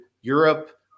Europe